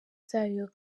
zayo